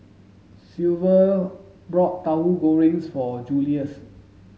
silver bought Tauhu Goreng for Julious